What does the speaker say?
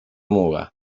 muga